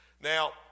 Now